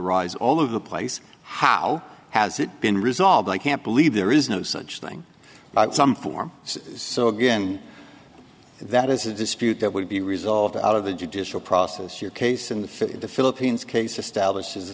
arise all over the place how has it been resolved i can't believe there is no such thing but some form so again that is a dispute that would be resolved out of the judicial process your case in the philippines case establishe